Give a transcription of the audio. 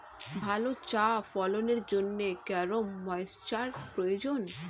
ভালো চা ফলনের জন্য কেরম ময়স্চার প্রয়োজন?